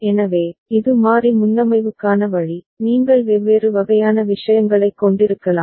எனவே இது மாறி முன்னமைவுக்கான வழி நீங்கள் வெவ்வேறு வகையான விஷயங்களைக் கொண்டிருக்கலாம்